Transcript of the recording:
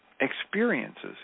experiences